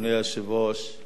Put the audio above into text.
מכובדי השר,